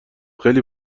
خیلی